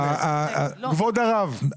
כבוד הרב,